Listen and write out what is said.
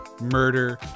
murder